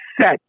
set